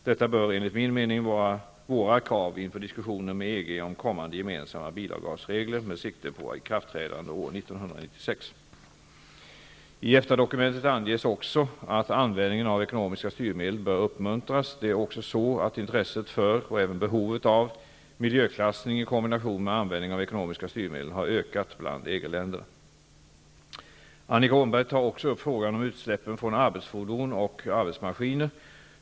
Detta bör enligt min mening vara våra krav inför diskussionen med EG om kommande gemensamma bilavgasregler med sikte på ikraftträdande år 1996. I EFTA-dokumentet anges också att användningen av ekonomiska styrmedel bör uppmuntras. Det är också så att intresset för, och även behovet av, miljöklassning i kombination med användning av ekonomiska styrmedel har ökat i EG-länderna. Annika Åhnberg tar också upp frågan om utsläppen från arbetsfordon och arbetsmaskiner.